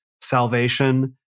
salvation